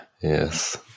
Yes